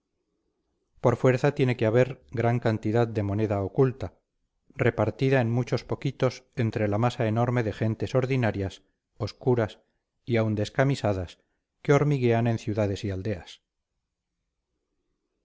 por fuerza tiene que haber gran cantidad de moneda oculta repartida en muchos poquitos entre la masa enorme de gentes ordinarias obscuras y aun descamisadas que hormiguean en ciudades y aldeas